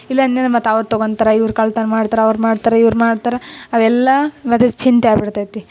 ಇಲ್ಲೇನಿಲ್ಲ ಮತ್ತೆ ಅವ್ರು ತೊಗೊಂತಾರೆ ಇವ್ರು ಕಳ್ತನ ಮಾಡ್ತಾರೆ ಅವ್ರು ಮಾಡ್ತರೆ ಇವ್ರು ಮಾಡ್ತರೆ ಅವೆಲ್ಲ ಮೊದಲಿ ಚಿಂತೆ ಆಗಿಬಿಡ್ತೈತಿ